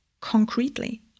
concretely